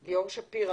לליאור שפירא